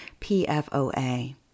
PFOA